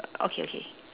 okay okay